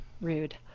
Rude